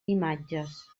imatges